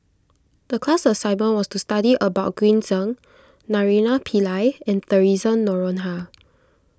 the class assignment was to study about Green Zeng Naraina Pillai and theresa Noronha